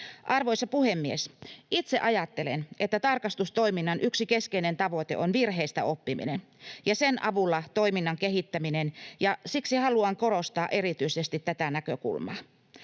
Arvoisa puhemies! Itse ajattelen, että tarkastustoiminnan yksi keskeinen tavoite on virheistä oppiminen ja sen avulla toiminnan kehittäminen, ja siksi haluan korostaa erityisesti tätä näkökulmaa.